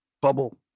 Bubble